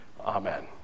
Amen